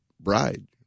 bride